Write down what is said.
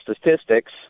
statistics